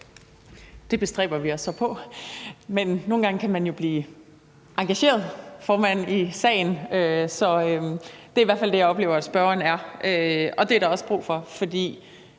Det bestræber vi os så på, men nogle gange, formand, kan man jo blive engageret i sagen. Det er i hvert fald det, jeg oplever at spørgeren er, og det er der også brug for. For